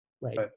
Right